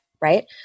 right